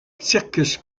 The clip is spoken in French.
circus